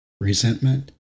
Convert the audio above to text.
resentment